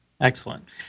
excellent